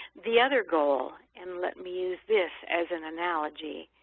the other goal and let me use this as an analogy